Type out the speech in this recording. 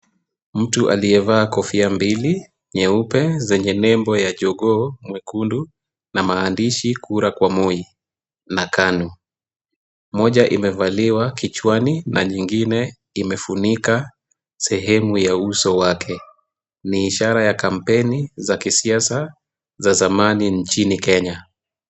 Mtu aliyevaa kofia mbili nyeupe zenye nembo ya jogoo mwekundu na maandishi KURA KWA MOI na KANU. Moja imevaliwa kichwani na nyingine imefunika sehemu ya uso wake. Ni ishara ya kampeni za kisiasa za zamani nchini Kenya.